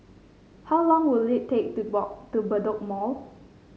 how long will it take to walk to Bedok Mall